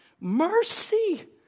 Mercy